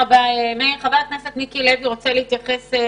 חבר הכנסת מיקי לוי, בבקשה.